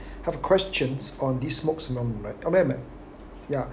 have questions on this smoked salmon ya